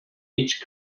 each